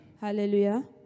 Hallelujah